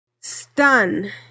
Stun